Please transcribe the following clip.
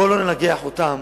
בואו לא ננגח אותם